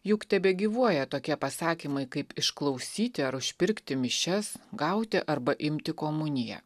juk tebegyvuoja tokie pasakymai kaip išklausyti ar užpirkti mišias gauti arba imti komuniją